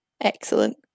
excellent